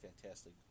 fantastic